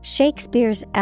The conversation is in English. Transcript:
Shakespeare's